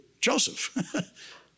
Joseph